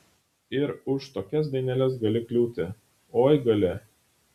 ir už tokias daineles gali kliūti oi gali